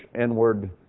inward